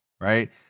right